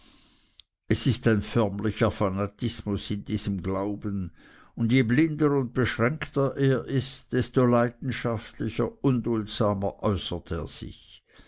es ist ein förmlicher fanatismus in diesem glauben und je blinder und beschränkter er ist desto leidenschaftlicher unduldsamer äußert er sich